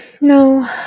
no